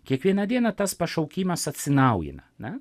kiekvieną dieną tas pašaukimas atsinaujina na